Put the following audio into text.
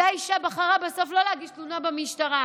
אותה אישה בחרה בסוף לא להגיש תלונה במשטרה,